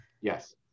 yes